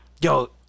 Yo